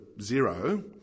zero